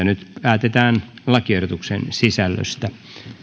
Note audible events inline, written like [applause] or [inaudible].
[unintelligible] nyt päätetään lakiehdotuksen sisällöstä